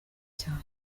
cyane